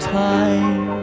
time